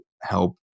help